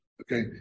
okay